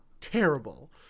terrible